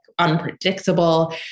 unpredictable